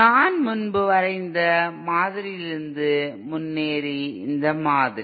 நான் முன்பு வரைந்த மாதிரியிலிருந்து முன்னேறி இந்த மாதிரி